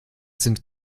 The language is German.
sind